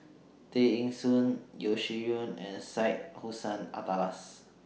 Tay Eng Soon Yeo Shih Yun and Syed Hussein Alatas